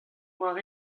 war